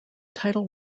title